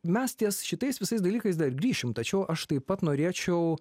mes ties šitais visais dalykais dar grįšim tačiau aš taip pat norėčiau